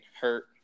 hurt